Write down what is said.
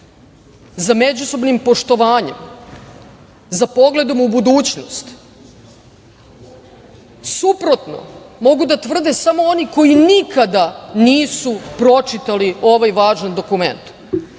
za međusobnim poštovanjem, za pogledom u budućnost. Suprotno mogu da tvrde samo oni koji nikada nisu pročitali ovaj važan dokument,